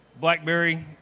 Blackberry